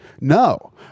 No